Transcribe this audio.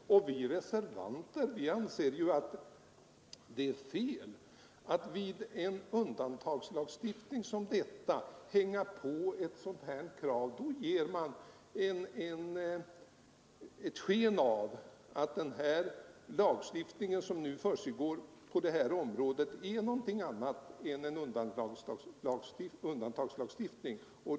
Vi reservanter anser att det är fel att vid en undantagslagstiftning som denna hänga på ett sådant krav som majoriteten vill ställa. Då ger man ett sken av att den lag som nu stiftas på det här området är någonting annat än en undantagslag.